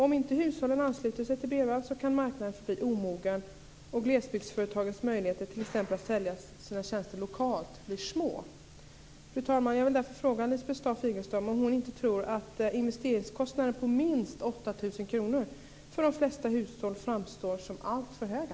Om inte hushållen ansluter sig till bredband kan marknaden förbli omogen och glesbygdsföretagens möjligheter att t.ex. sälja sina tjänster lokalt bli små. Fru talman! Jag vill fråga Lisbeth Staaf-Igelström om hon inte tror att investeringskostnader på minst 8 000 kr för de flesta hushåll framstår som alltför höga.